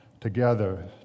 together